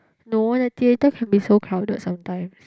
no one the theatre can be so crowded sometimes